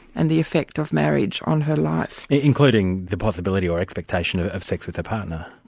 and the effect of marriage on her life. including the possibility or expectation ah of sex with her partner.